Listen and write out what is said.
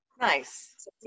Nice